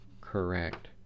correct